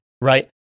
right